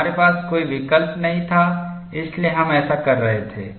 हमारे पास कोई विकल्प नहीं था इसलिए हम ऐसा कर रहे थे